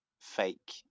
fake